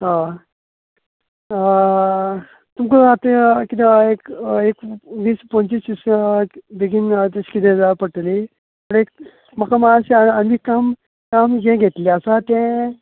हय तुमका आतां कितें हां एक एक वीस पंचवीस अशा बेगीन जाय अशें किदें जाय पडटली एक म्हाका मात्शें आनीक आदी एक काम जें घेतलें आसा तें